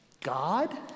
God